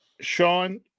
Sean